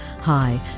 Hi